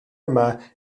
yma